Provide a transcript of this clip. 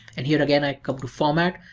and here again, i come to format,